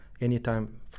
anytime